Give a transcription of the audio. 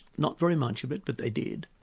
not very much of it, but they did,